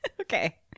Okay